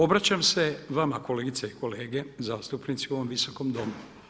Obraćam se vama kolegice i kolege zastupnici u ovom Visokom domu.